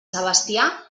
sebastià